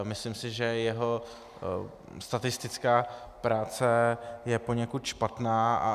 Myslím si, že jeho statistická práce je poněkud špatná.